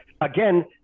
again